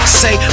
say